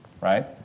right